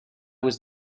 was